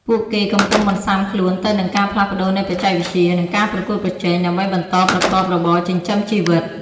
ពួកគេកំពុងបន្សាំខ្លួនទៅនឹងការផ្លាស់ប្ដូរនៃបច្ចេកវិទ្យា និងការប្រកួតប្រជែង ដើម្បីបន្តប្រកបរបរចិញ្ចឹមជីវិត។